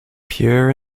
pure